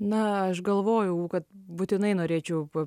na aš galvojau kad būtinai norėčiau p